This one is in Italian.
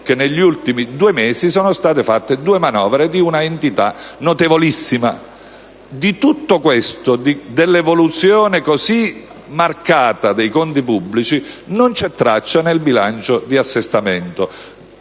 che negli ultimi due mesi sono state fatte due manovre di una entità notevolissima. Di tutto questo, dell'evoluzione così marcata dei conti pubblici non c'è traccia nel bilancio di assestamento.